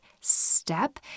step